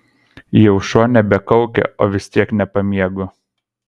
jau šuo nebekaukia o vis tiek nepamiegu